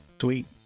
Sweet